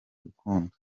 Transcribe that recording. rukundo